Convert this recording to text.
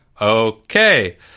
Okay